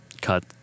cut